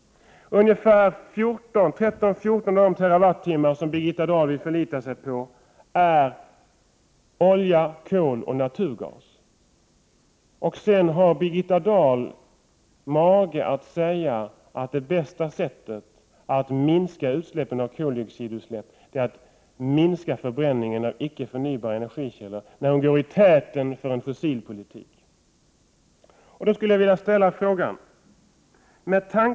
Ungefär 13-14 av de Twh som Birgitta Dahl vill förlita sig på åstadkoms med hjälp av olja, kol och naturgas. Birgitta Dahl har sedan mage att säga att det bästa sättet att minska utsläppen av koldioxid är att minska förbränningen av icke förnybara energikällor, samtidigt som hon går i täten för en fossilpolitik.